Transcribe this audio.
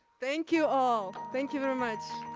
thank you all, thank you very much.